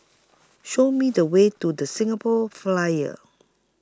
Show Me The Way to The Singapore Flyer